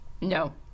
No